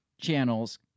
channels